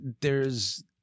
There's-